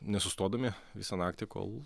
nesustodami visą naktį kol